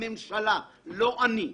הממשלה, לא אני,